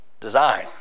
design